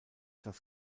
das